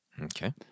Okay